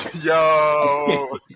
Yo